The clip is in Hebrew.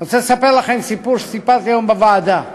אני רוצה לספר לכם סיפור שסיפרתי היום בוועדה: